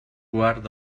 guard